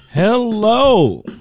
hello